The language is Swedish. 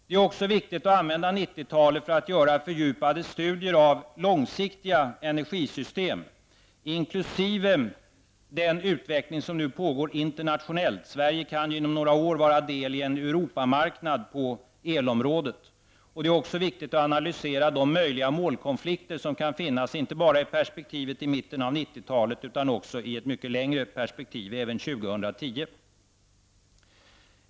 Det är angeläget att använda 90-talet till fördjupade studier av långsiktiga energisystem inkl. den utveckling som nu pågår internationellt. Sverige kan inom några år vara en del av en Det är också viktigt att analysera de möjliga målkonflikter som kan finnas inte bara i perspektivet fram till mitten av 90-talet utan även i ett mycket längre perspektiv fram till år 2010.